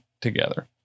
together